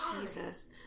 Jesus